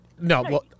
No